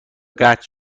قطع